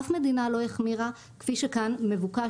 אף מדינה לא החמירה כפי שכאן מבוקש,